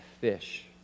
fish